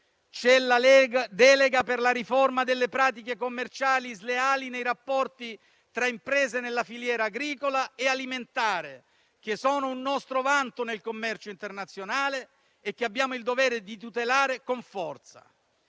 c'è quella per la riforma delle pratiche commerciali sleali nei rapporti tra imprese nella filiera agricola e alimentare, che sono un nostro vanto nel commercio internazionale e che abbiamo il dovere di tutelare con forza.